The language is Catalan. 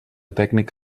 tècnic